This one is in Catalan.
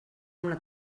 una